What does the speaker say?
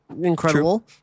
Incredible